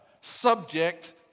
subject